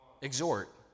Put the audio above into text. Exhort